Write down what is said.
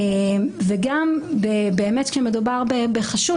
וגם כאשר מדובר בחשוד,